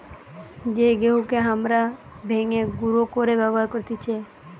যেই গেহুকে হামরা ভেঙে গুঁড়ো করে ব্যবহার করতেছি